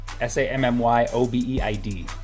S-A-M-M-Y-O-B-E-I-D